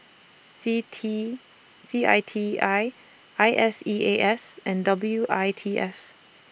CITI C I T I I S E A S and W I T S